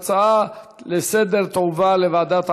ההצעה לסדר-היום תועבר לוועדת העבודה,